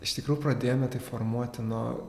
iš tikrų pradėjome tai formuoti nuo